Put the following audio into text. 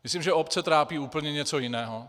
Myslím, že obce trápí úplně něco jiného.